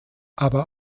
aber